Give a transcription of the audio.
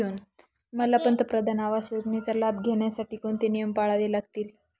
मला पंतप्रधान आवास योजनेचा लाभ घेण्यासाठी कोणते नियम पाळावे लागतील?